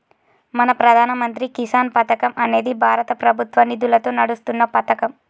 మన ప్రధాన మంత్రి కిసాన్ పథకం అనేది భారత ప్రభుత్వ నిధులతో నడుస్తున్న పతకం